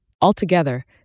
Altogether